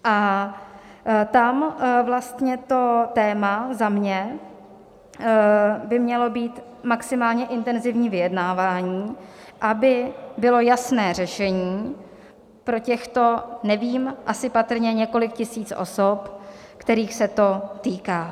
A tam vlastně to téma za mě by mělo být maximálně intenzivní vyjednávání, aby bylo jasné řešení pro těchto, nevím, asi patrně několik tisíc osob, kterých se to týká.